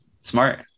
Smart